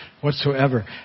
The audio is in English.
whatsoever